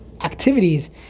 activities